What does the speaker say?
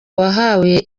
wahawe